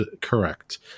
correct